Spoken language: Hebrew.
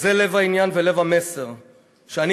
וזה לב העניין ולב המסר שאני,